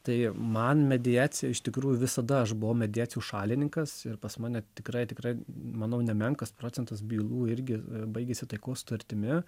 tai man mediacija iš tikrųjų visada aš buvau mediacijos šalininkas ir pas mane tikrai tikrai manau nemenkas procentas bylų irgi baigėsi taikos sutartimi